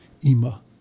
Ima